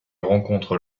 rencontre